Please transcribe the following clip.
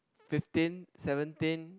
fifteen seventeen